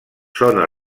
zona